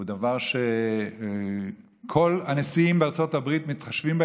הוא דבר שכל הנשיאים בארצות הברית מתחשבים בו